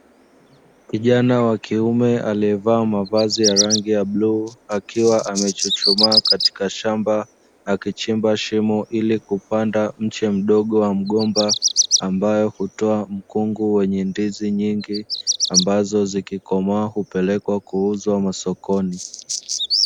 Kijana wa kiume aliyevalia mavazi ya rangi ya bluu akiwa amechuchumaa katika shamba, akichimba shimo ilikupanda mche mdogo wa mgomba, ambao hutoa mkungu wenye ndizi nyingi ambazo zikikomaa hupelekwa kuuzwa masokoni.